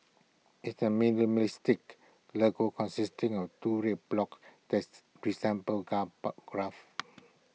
IT is A mistake logo consisting of two red blocks that's resemble bar graphs